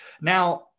Now